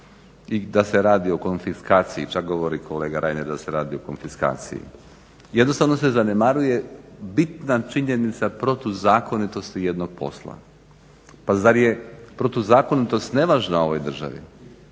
i da se radi o konfiskaciji čak govori kolega Reiner da se radi o konfiskaciji. Jednostavno se zanemaruje bitna činjenica protuzakonitosti jednog posla. Pa zar je protuzakonitost nevažna u ovoj državi?